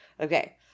Okay